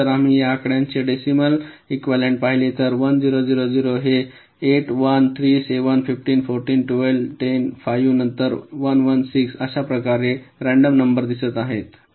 आणि जर आपण या आकड्यांच्या डेसिमल एक्व्हयलेन्ट पाहिले तर 1 0 0 0 हे 8 1 3 7 15 14 12 10 5 नंतर 11 6 आणि अशाच प्रकारे रँडम नंबर दिसत आहेत